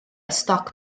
stoc